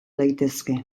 daitezke